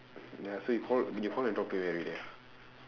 ya so he call you call and talk to him everyday ah